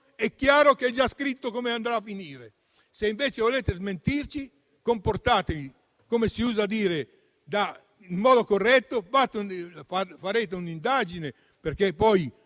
è chiaro che è già scritto come andrà a finire. Se invece volete smentirci, comportatevi, come si usa dire, in modo corretto e fate un'indagine, perché poi